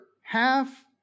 half